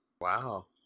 Wow